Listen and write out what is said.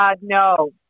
No